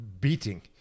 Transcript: beating